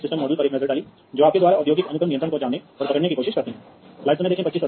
तो यह एक बहुत बड़ा काम है और इसलिए वायरिंग औद्योगिक स्वचालन परियोजना के मामले में वायरिंग का लाभ गैर तुच्छ है